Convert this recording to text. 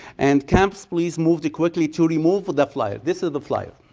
and campus police moved quickly to remove the fliers. this is the flier.